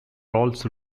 also